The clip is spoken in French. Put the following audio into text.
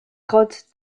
grottes